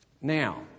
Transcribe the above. Now